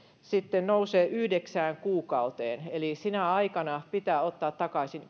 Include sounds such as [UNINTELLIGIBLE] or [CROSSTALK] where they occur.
sitten nousee yhdeksään kuukauteen eli sinä aikana pitää ottaa takaisin [UNINTELLIGIBLE]